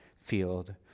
field